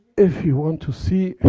if you want to see.